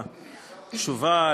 בתשובה,